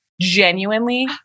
genuinely